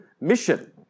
mission